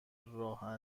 راه